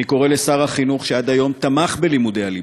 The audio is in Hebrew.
אני קורא לשר החינוך, שעד היום תמך בלימודי הליבה,